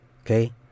okay